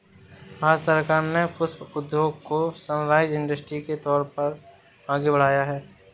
भारत सरकार ने पुष्प उद्योग को सनराइज इंडस्ट्री के तौर पर आगे बढ़ाया है